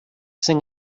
sing